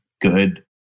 good